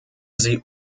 sie